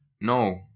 No